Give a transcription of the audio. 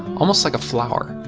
almost like a flower.